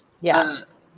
Yes